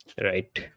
right